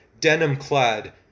denim-clad